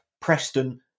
Preston